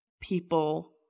people